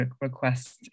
request